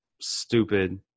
stupid